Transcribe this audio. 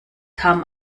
kam